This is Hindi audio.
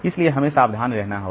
इसलिए हमें सावधान रहना होगा